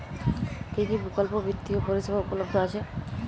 কী কী বিকল্প বিত্তীয় পরিষেবা উপলব্ধ আছে?